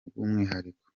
bw’umwihariko